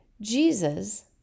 Jesus